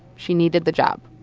she needed the job.